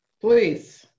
please